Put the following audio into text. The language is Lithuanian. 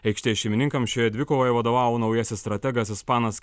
aikštės šeimininkams šioje dvikovoje vadovavo naujasis strategas ispanas